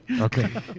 Okay